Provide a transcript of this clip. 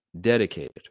dedicated